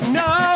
no